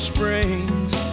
Springs